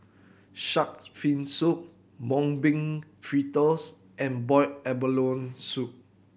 Shark's Fin Soup Mung Bean Fritters and boiled abalone soup